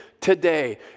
today